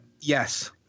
Yes